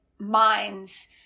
minds